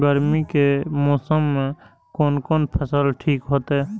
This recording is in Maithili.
गर्मी के मौसम में कोन कोन फसल ठीक होते?